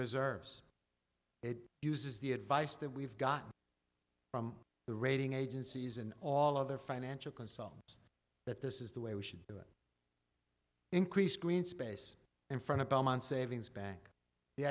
reserves it uses the advice that we've got from the rating agencies and all of their financial consultants that this is the way we should do it increase green space in front of belmont savings bank the